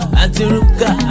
antiruka